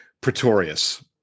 Pretorius